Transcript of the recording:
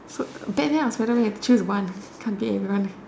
so then then I was wondering choose one can't beat everyone